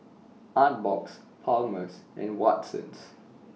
Artbox Palmer's and Watsons